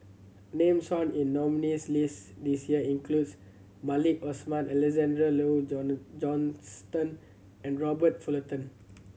names found in nominees' list this year includes Maliki Osman Alexander Laurie Johnston and Robert Fullerton